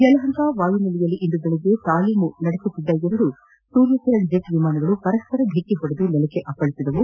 ಯಲಹಂಕ ವಾಯುನೆಲೆಯಲ್ಲಿ ಇಂದು ಬೆಳಗ್ಗೆ ತಾಲೀಮು ನಡೆಸುತ್ತಿದ್ದ ಎರಡು ಸೂರ್ಯಕಿರಣ್ ಜೆಟ್ ವಿಮಾನಗಳು ಪರಸ್ಪರ ಡಿಕ್ಕಿ ಹೊಡೆದು ನೆಲಕ್ಷೆ ಅಪ್ಪಳಿಸಿದವು